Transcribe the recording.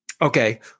okay